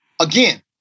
again